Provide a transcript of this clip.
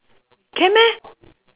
can meh